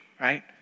right